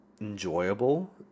enjoyable